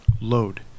Load